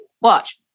Watch